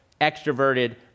extroverted